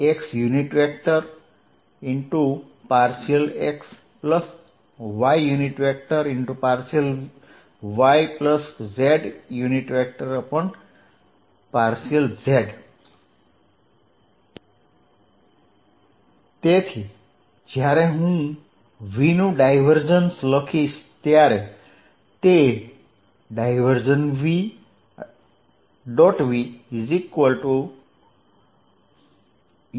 v x∂xy∂yz∂z તેથી જ્યારે હું v નું ડાયવર્જન્સ લખીશ ત્યારે તે